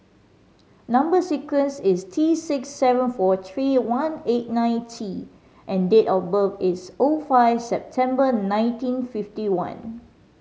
number sequence is T six seven four three one eight nine T and date of birth is O five September nineteen fifty one